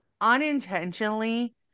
unintentionally